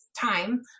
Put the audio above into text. time